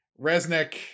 Resnick